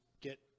get